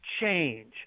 change